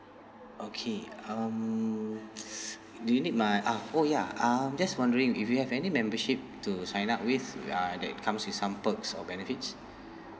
okay um do you need my ah oh ya um just wondering if you have any membership to sign up with uh that comes with some perks or benefits